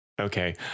Okay